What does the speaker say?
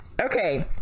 okay